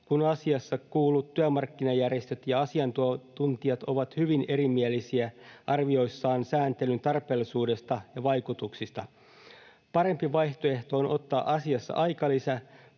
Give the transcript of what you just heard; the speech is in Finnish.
kun asiassa kuullut työmarkkinajärjestöt ja asiantuntijat ovat hyvin erimielisiä arvioissaan sääntelyn tarpeellisuudesta ja vaikutuksista. Parempi vaihtoehto on ottaa asiassa aikalisä,